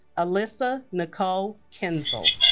alisa nicole kinsel